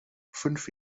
fünf